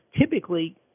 typically